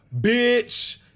Bitch